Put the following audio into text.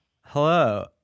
hello